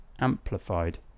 amplified